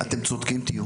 אתם תהיו צודקים.